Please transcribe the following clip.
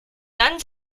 dann